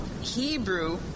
Hebrew